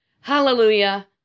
Hallelujah